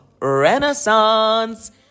Renaissance